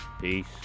Peace